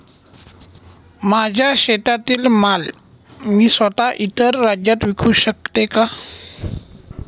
माझ्या शेतातील माल मी स्वत: इतर राज्यात विकू शकते का?